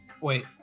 Wait